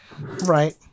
Right